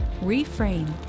reframe